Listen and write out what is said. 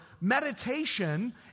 meditation